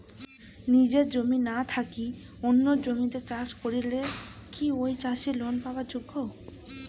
নিজের জমি না থাকি অন্যের জমিত চাষ করিলে কি ঐ চাষী লোন পাবার যোগ্য?